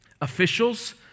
officials